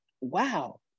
wow